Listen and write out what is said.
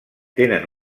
tenen